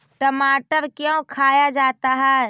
टमाटर क्यों खाया जाता है?